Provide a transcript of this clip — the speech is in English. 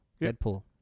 Deadpool